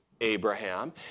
Abraham